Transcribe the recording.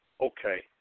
okay